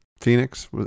phoenix